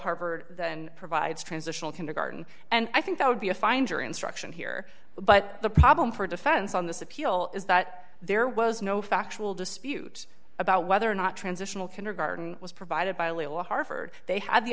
harvard then provides transitional kindergarten and i think that would be a fine jury instruction here but the problem for a defense on this appeal is that there was no factual dispute about whether or not transitional kindergarten was provided by leo harford they had the